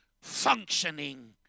functioning